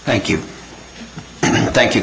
thank you thank you